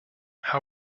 how